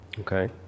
Okay